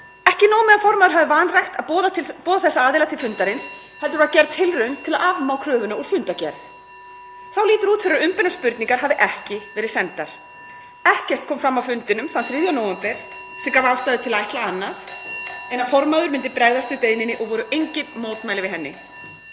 Ekki nóg með að formaður hafi vanrækt að boða þessa aðila til fundarins heldur var gerð tilraun til að afmá kröfuna úr fundargerð. (Forseti hringir.) Þá lítur út fyrir að umbeðnar spurningar hafi ekki verið sendar. Ekkert kom fram á fundinum þann 3. nóvember (Forseti hringir.) sem gaf ástæðu til að ætla annað en að formaður myndi bregðast við beiðninni og voru engin mótmæli við henni.